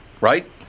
right